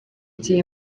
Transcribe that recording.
gihe